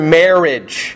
marriage